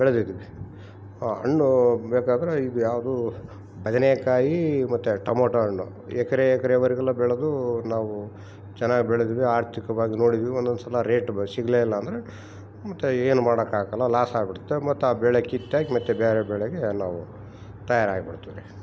ಬೆಳೆದಿದ್ವಿ ಹಣ್ಣು ಬೇಕಾದರೆ ಇದು ಯಾವುದು ಬದನೆ ಕಾಯಿ ಮತ್ತು ಟೊಮೊಟೊ ಹಣ್ಣು ಎಕ್ಕರೆ ಎಕ್ಕರೆ ವರ್ಗುನು ಬೆಳ್ದು ನಾವು ಚೆನ್ನಾಗಿ ಬೆಳಿದ್ವಿ ಆರ್ಥಿಕವಾಗಿ ನೋಡ್ದ್ವಿ ಒಂದೊಂದು ಸಲ ರೇಟ್ ಬ ಸಿಗಲೇ ಇಲ್ಲ ಅಂದರೆ ಮತ್ತು ಏನ್ಮಾಡಕಾಗಲ್ಲ ಲಾಸ್ ಆಗ್ಬಿಡತ್ತೆ ಮತ್ತು ಆ ಬೆಳೆ ಕಿತ್ತಾಕಿ ಮತ್ತೆ ಬ್ಯಾರೆ ಬೆಳೆಗೆ ನಾವು ತಯಾರಾಗ್ಬಿಡ್ತೀವಿ ರೀ